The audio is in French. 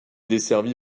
desservi